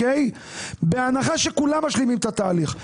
בהנחה שכולם משלימים את התהליך,